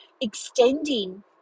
extending